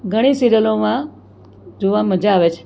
ઘણી સીરીઅલોમાં જોવા મજા આવે છે